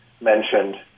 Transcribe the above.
mentioned